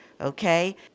Okay